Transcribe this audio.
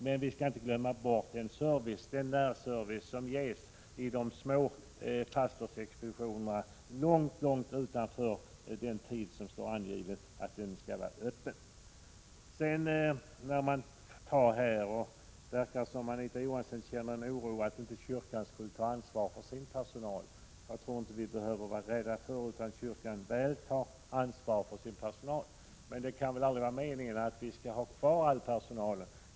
Men vi skall inte glömma bort den närservice som ges vid de små pastorsexpeditionerna på tider som ligger långt utanför det angivna öppethållandet. Det verkar vidare som om Anita Johansson känner en oro för att kyrkan inte skulle ta ansvar för sin personal. Jag tror inte att vi behöver vara rädda för det. Kyrkan känner ett ansvar för sin personal. Men det kan väl inte vara meningen att kyrkan skall ha kvar hela den nuvarande personalen.